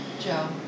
Joe